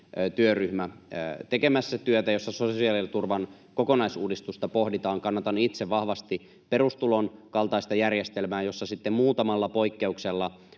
työryhmä tekemässä työtä, jossa sosiaaliturvan kokonaisuudistusta pohditaan. Kannatan itse vahvasti perustulon kaltaista järjestelmää, jossa sitten muutamalla poikkeuksella